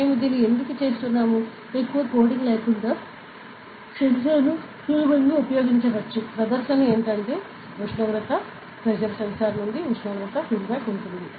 మేము దీన్ని ఎందుకు చేస్తున్నాం ఎక్కువ కోడింగ్ లేకుండా సెన్సార్ను సులభంగా ఉపయోగించవచ్చు ప్రదర్శన ఏమిటంటే ఉష్ణోగ్రత ప్రెజర్ సెన్సార్ నుండి ఉష్ణోగ్రత ఫీడ్బ్యాక్ ఉంటుంది